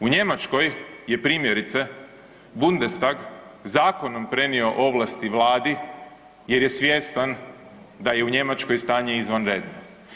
U Njemačkoj je primjerice Bundestag zakonom prenio ovlasti vladi jer je svjestan da je u Njemačkoj stanje izvanredno.